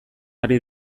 ari